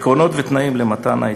עקרונות ותנאים למתן ההיתרים: